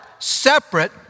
Separate